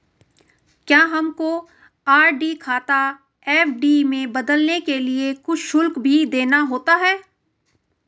क्या हमको आर.डी खाता एफ.डी में बदलने के लिए कुछ शुल्क भी देना होता है?